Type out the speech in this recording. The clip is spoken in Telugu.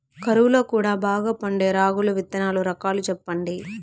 కరువు లో కూడా బాగా పండే రాగులు విత్తనాలు రకాలు చెప్పండి?